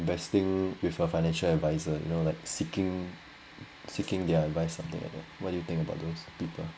investing with a financial advisor you know like seeking seeking their advice something like that what do you think about those people